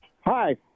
Hi